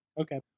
Okay